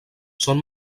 són